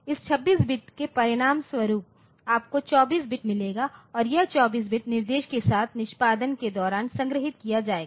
इस 26 बिट के परिणामस्वरूप आपको 24 बिट मिलेगा और यह 24 बिट निर्देश के साथ और निष्पादन के दौरान संग्रहीत किया जाएगा